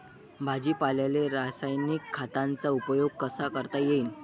भाजीपाल्याले रासायनिक खतांचा उपयोग कसा करता येईन?